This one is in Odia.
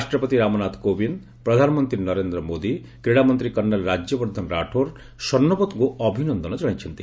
ରାଷ୍ଟ୍ରପତି ରାମନାଥ କୋବିନ୍ଦ ପ୍ରଧାନମନ୍ତ୍ରୀ ନରେନ୍ଦ୍ର ମୋଦି କ୍ରୀଡ଼ାମନ୍ତ୍ରୀ କର୍ଣ୍ଣେଲ୍ ରାଜ୍ୟବର୍ଦ୍ଧନ ରାଠୋର ସର୍ଣ୍ଣୋବତ୍ଙ୍କୁ ଅଭିନନ୍ଦନ ଜଣାଇଛନ୍ତି